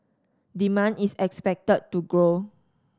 demand is expected to grow